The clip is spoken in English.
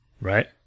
right